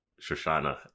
Shoshana